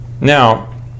Now